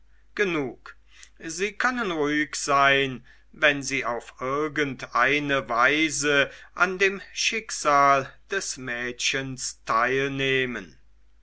genug sie können ruhig sein wenn sie auf irgendeine weise an dem schicksal des mädchens teilnehmen